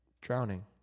drowning